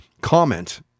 comment